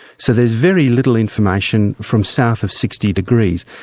so there's very little information from south of sixty degrees.